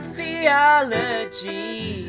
theology